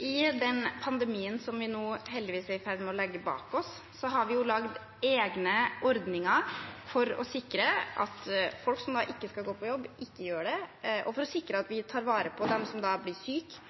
I den pandemien vi nå heldigvis er i ferd med å legge bak oss, har vi laget egne ordninger for å sikre at folk som ikke skal gå på jobb, ikke gjør det, og for å sikre at vi tar vare på dem som blir syke,